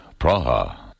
Praha